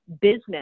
business